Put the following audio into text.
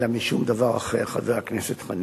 אלא משום דבר אחר, חבר הכנסת חנין.